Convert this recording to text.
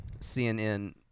CNN